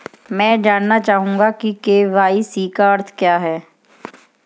मैं जानना चाहूंगा कि के.वाई.सी का अर्थ क्या है?